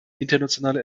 internationale